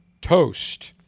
toast